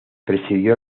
presidió